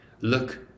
look